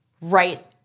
right